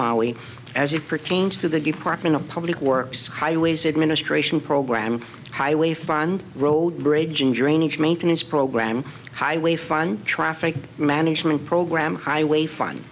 mali as it pertains to the department of public works skyways administration program highway fund road rage and during each maintenance program highway fund traffic management program highway fun